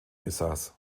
besaß